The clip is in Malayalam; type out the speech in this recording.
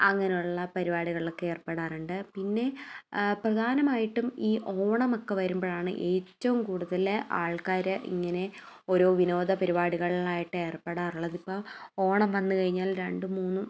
അങ്ങനെയുള്ള പരിപാടികളിലൊക്കെ ഏർപ്പെടാറുണ്ട് പിന്നെ പ്രധാനമായിട്ടും ഈ ഓണമൊക്കെ വരുമ്പോഴാണ് ഈ ഏറ്റവും കൂടുതൽ ആൾക്കാർ ഇങ്ങനെ ഓരോ വിനോദ പരിപാടികളായിട്ട് ഏർപ്പെടാറുള്ളത് ഇപ്പം ഓണം വന്നു കഴിഞ്ഞാൽ രണ്ടും മൂന്നും